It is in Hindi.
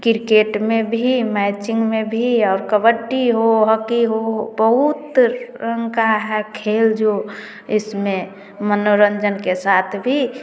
क्रिकेट में भी मैचिंग में भी और कबड्डी हो हॉकी हो बहुत रंग का है खेल जो इसमें मनोरंजन के साथ भी